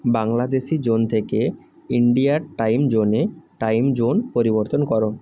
Bangladeshi zone থেকে ইন্ডিয়ার time জোনে টাইম জোন পরিবর্তন করো